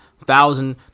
Thousand